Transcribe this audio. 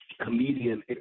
comedian